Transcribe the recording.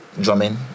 drumming